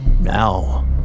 Now